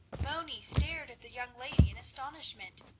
moni stared at the young lady in astonishment,